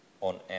on